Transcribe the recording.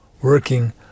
working